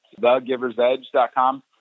thegiversedge.com